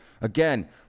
again